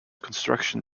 construction